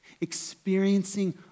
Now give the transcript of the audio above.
Experiencing